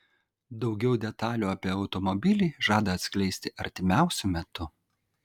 daugiau detalių apie automobilį žada atskleisti artimiausiu metu